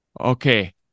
Okay